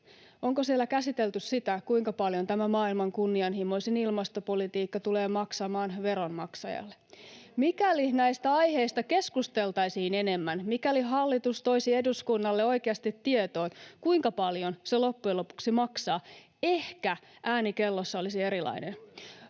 Onko siellä käsitelty sitä, kuinka paljon tämä maailman kunnianhimoisin ilmastopolitiikka tulee maksamaan veronmaksajalle? Mikäli näistä aiheista keskusteltaisiin enemmän, mikäli hallitus toisi eduskunnalle oikeasti tietoon, kuinka paljon se loppujen lopuksi maksaa, ehkä ääni kellossa olisi erilainen,